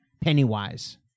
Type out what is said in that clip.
Pennywise